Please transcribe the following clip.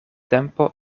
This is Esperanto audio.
tempo